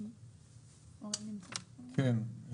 כן,